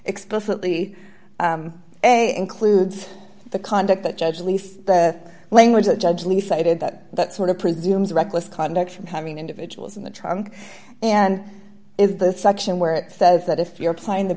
explicitly includes the conduct the judge least the language that judge lee cited that that sort of presumes reckless conduct from having individuals in the trunk and is the section where it says that if you're applying the